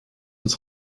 uns